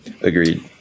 Agreed